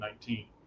2019